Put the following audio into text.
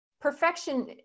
perfection